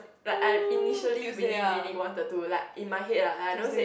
but I initially really really wanted to like in my head ah I never said